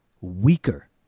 weaker